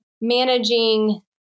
managing